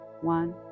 One